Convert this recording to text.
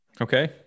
Okay